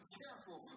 careful